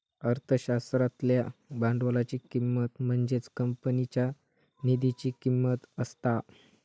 अर्थशास्त्रातल्या भांडवलाची किंमत म्हणजेच कंपनीच्या निधीची किंमत असता